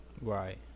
Right